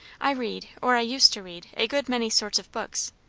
i read, or i used to read, a good many sorts of books.